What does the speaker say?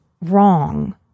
wrong